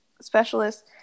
specialist